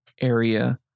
area